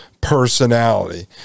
personality